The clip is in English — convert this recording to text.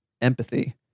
empathy